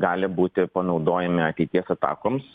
gali būti panaudojami ateities atakoms